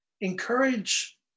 Encourage